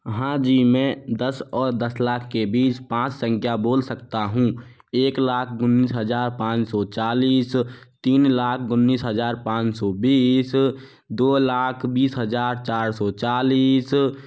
हाँ जी मैं दस और दस लाख के बीच पाँच संख्या बोल सकता हूँ एक लाख उन्नीस हज़ार पाँच सौ चालीस तीन लाख उन्नीस हज़ार पाँच सौ बीस दो लाख बीस हज़ार चार सौ चालीस